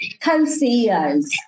co-CEOs